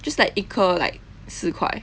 that's like 一颗 like 四块